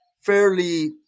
fairly